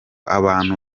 abantu